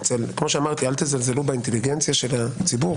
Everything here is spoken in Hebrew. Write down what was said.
כמו שאמרתי, אל תזלזלו באינטליגנציה של הציבור